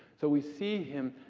so we see him,